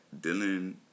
Dylan